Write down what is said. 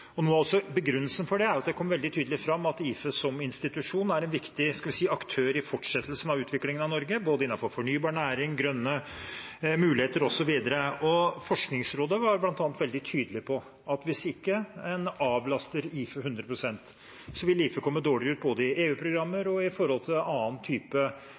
Noe av begrunnelsen for det er at det kom veldig tydelig fram at IFE som institusjon er en viktig aktør i fortsettelsen av utviklingen av Norge, innenfor både fornybar næring, grønne muligheter osv. Forskningsrådet var bl.a. veldig tydelig på at hvis en ikke avlaster IFE 100 pst., vil IFE komme dårligere ut i både EU-programmer og annen type